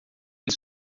ele